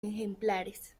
ejemplares